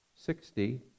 sixty